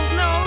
no